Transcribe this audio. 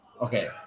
okay